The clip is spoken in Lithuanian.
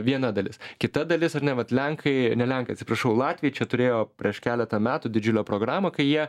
viena dalis kita dalis ar ne vat lenkai ne lenkai atsiprašau latviai čia turėjo prieš keletą metų didžiulę programą kai jie